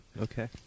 okay